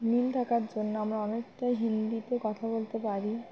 মিল থাকার জন্য আমরা অনেকটাই হিন্দিতে কথা বলতে পারি